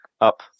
up